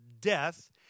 death